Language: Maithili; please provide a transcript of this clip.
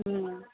हूँ